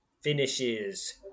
finishes